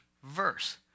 Verse